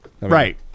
Right